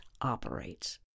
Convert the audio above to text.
operates